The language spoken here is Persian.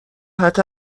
صحت